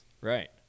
Right